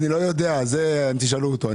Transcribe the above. אני לא יודע, זה תשאלו אותו.